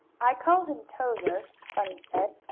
i called him towser, bunny said,